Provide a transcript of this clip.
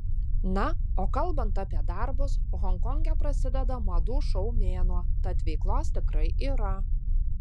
na o kalbant apie darbus honkonge prasideda madų šou mėnuo tad veiklos tikrai yra